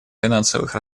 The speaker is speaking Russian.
финансовых